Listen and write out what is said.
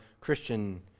Christian